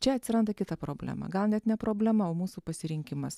čia atsiranda kita problema gal net ne problema o mūsų pasirinkimas